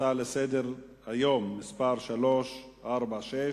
הצעה לסדר-היום שמספרה 396,